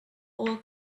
all